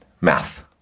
math